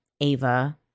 Ava